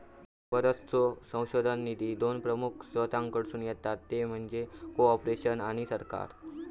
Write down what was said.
बरोचसो संशोधन निधी दोन प्रमुख स्त्रोतांकडसून येता ते म्हणजे कॉर्पोरेशन आणि सरकार